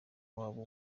wabo